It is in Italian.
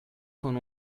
con